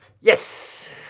Yes